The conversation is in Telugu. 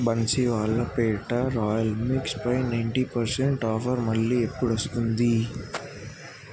బన్సీవాలా పేఠా రాయల్ మిక్స్పై నైన్టీ పర్సెంట్ ఆఫర్ మళ్ళీ ఎప్పుడు వస్తుంది